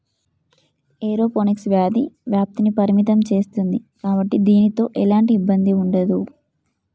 aeroponics వ్యాధి వ్యాప్తిని పరిమితం సేస్తుంది కాబట్టి దీనితో ఎలాంటి ఇబ్బంది ఉండదు